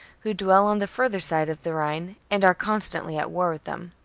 who dwell on the further side of the rhine, and are constantly at war with them.